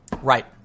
Right